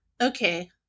Okay